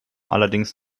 allerdings